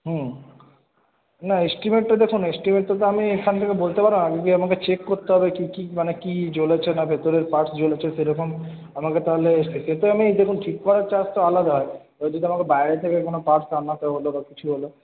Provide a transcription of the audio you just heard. হুম না এস্টিমেটটা দেখুন এস্টিমেটটা তো আমি এখান থেকে বলতে পারব না আগে গিয়ে আমাকে চেক করতে হবে কী কী মানে কী জ্বলেছে না ভেতরের পার্টস জ্বলেছে কী রকম আমাকে তাহলে সেটা তো আমি দেখুন ঠিক করার চার্জ তো আলাদা হয় এবার যদি আমাকে বাইরে থেকে কোন পার্টস আনাতে হল বা কিছু হল